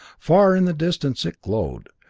far in the distance it glowed,